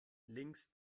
links